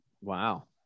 wow